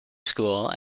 school